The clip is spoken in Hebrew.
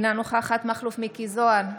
אינה נוכחת מכלוף מיקי זוהר,